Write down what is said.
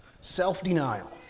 self-denial